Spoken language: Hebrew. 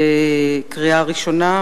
בקריאה ראשונה,